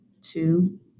two